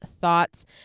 thoughts